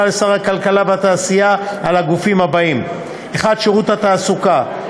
לשר הכלכלה והתעשייה לגופים שלהלן: 1. שירות התעסוקה,